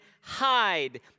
hide